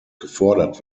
gefordert